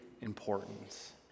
importance